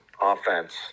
offense